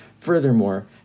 Furthermore